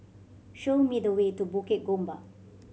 show me the way to Bukit Gombak